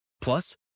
Plus